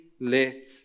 let